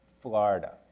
Florida